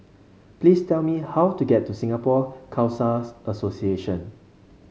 please tell me how to get to Singapore Khalsa's Association